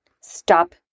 stop